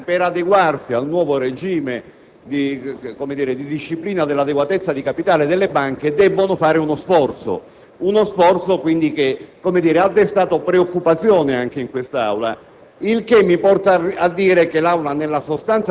il sistema complessivo delle banche e delle imprese italiane, per adeguarsi al nuovo regime di disciplina dell'adeguatezza di capitale delle banche, deve compiere uno sforzo, che ha destato preoccupazione anche in quest'Aula.